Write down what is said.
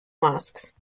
masks